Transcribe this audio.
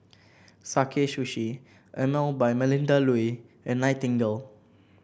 Sakae Sushi Emel by Melinda Looi and Nightingale